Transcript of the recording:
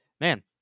man